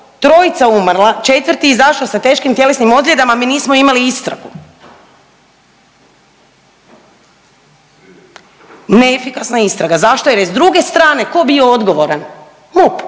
trojica umrla, četvrti izašao sa teškim tjelesnim ozljedama, mi nismo imali istragu, neefikasna istraga. Zašto? Jer je s druge strane ko bio odgovoran? MUP.